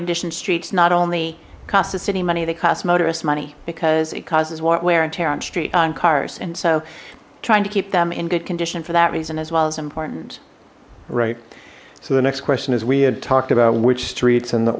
condition streets not only cost us any money they cost motorists money because it causes more wear and tear on street on cars and so trying to keep them in good condition for that reason as well as important right so the next question is we had talked about which streets and the